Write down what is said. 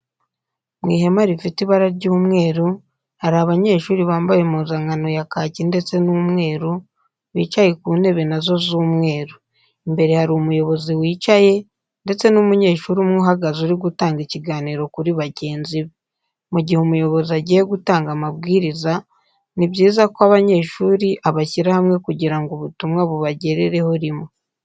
Mu ihema rifite ibara ry'umweru, hari abanyeshuri bambaye impuzankano ya kaki ndetse n'umweru bicaye ku ntebe na zo z'umweru. Imbere hari umuyobozi wicaye ndetse n'umunyeshuri umwe uhagaze uri gutanga ikiganiro kuri bagenzi be. Mu gihe umuyobozi agiye gutanga amabwiriza ni byiza ko abanyeshuri abashyira hamwe kugira ngo ubutumwa bubagerereho rimwe.